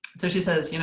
so she says, you know